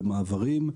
במעברים,